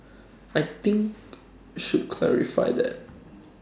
I think should clarify that